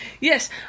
Yes